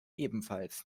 ebenfalls